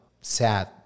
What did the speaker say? sad